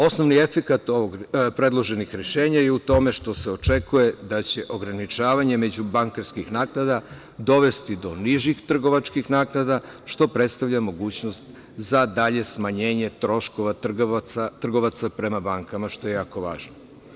Osnovni efekat predloženih rešenja je u tome što se očekuje da će ograničavanje međubankarskih naknada dovesti do nižih trgovačkih naknada, što predstavlja mogućnost za dalje smanjenje troškova trgovaca prema bankama, što je jako važno.